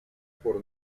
пор